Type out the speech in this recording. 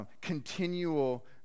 continual